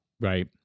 Right